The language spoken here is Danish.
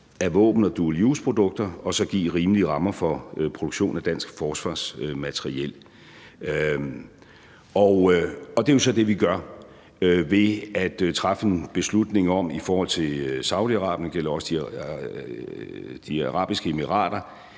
af våben og dual use-produkter og så at give rimelige rammer for produktion af dansk forsvarsmateriel, og det er jo så det, vi gør ved at træffe en beslutning i forhold til Saudi-Arabien, og det gælder også De Forenede Arabiske Emirater,